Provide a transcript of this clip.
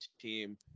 team